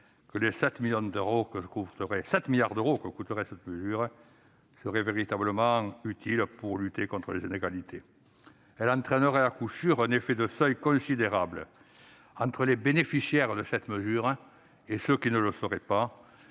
que les 7 milliards d'euros que coûterait cette disposition seraient véritablement utiles pour lutter contre les inégalités, et il y aurait, à coup sûr, un effet de seuil considérable entre les bénéficiaires de cette mesure et les autres. C'est